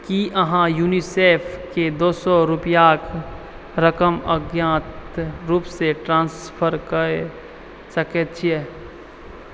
की अहाँ यूनिसेफके दो सओ रुपैआके रकम अज्ञात रूपसँ ट्रान्सफर कऽ सकैत छिए